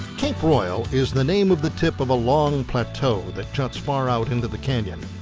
cape royal is the name of the tip of a long plateau that juts far out into the canyon.